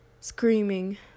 screaming